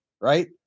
right